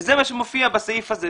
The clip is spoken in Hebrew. זה מה שמופיע בסעיף הזה,